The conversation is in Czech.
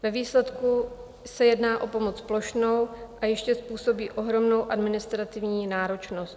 Ve výsledku se jedná o pomoc plošnou a ještě způsobí ohromnou administrativní náročnost.